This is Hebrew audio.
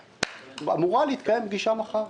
אמורה להתקיים פגישה מחר.